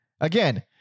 again